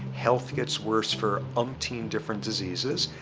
health gets worse for umpteen different diseases.